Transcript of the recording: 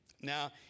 Now